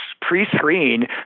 pre-screen